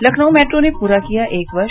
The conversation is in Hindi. लखनऊ मेट्रो ने पूरा किया एक वर्ष